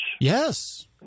yes